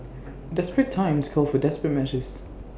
desperate times call for desperate measures